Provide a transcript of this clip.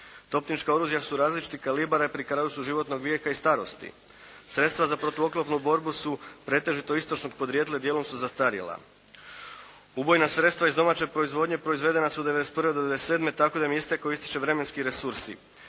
Topnička oružja su različitih kalibara i pri kraju su životnog vijeka i starosti. Sredstva za protuoklopnu borbu su pretežito istočnog porijekla i dijelom su zastarjela. Ubojna sredstva iz domaće proizvodnje proizvedena su '91. do '97, tako da im je istekao i ističe vremenski resursi.